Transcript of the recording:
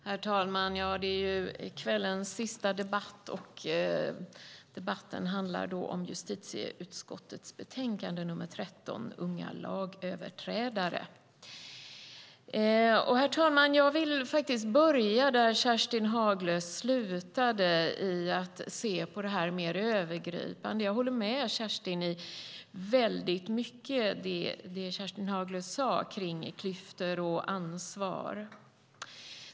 Herr talman! Det är kvällens sista debatt, och den handlar om justitieutskottets betänkande nr 13, Unga lagöverträdare . Jag vill börja där Kerstin Haglö slutade, herr talman, med att se mer övergripande på detta. Jag håller med om väldigt mycket av det som Kerstin Haglö sade kring klyftor och ansvar.